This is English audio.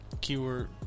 Keyword